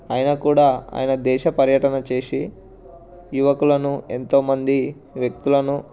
అయినా కూడా ఆయన దేశ పర్యటన చేసి యువకులను ఎంతోమంది వ్యక్తులను